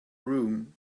room